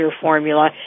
Formula